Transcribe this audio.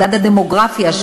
מדד הדמוגרפיה,